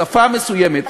שפה מסוימת,